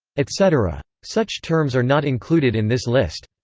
etc. such terms are not included in this list.